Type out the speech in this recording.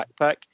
backpack